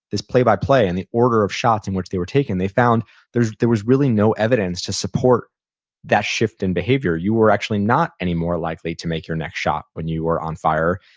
this play-by-play and the order of shots in which they were taken, they found there there was really no evidence to support that shift in behavior you are actually not any more likely to make your next shot when you were on fire.